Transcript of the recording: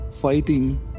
fighting